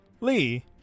Lee